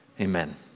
Amen